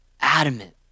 adamant